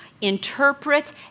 interpret